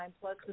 plus